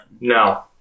No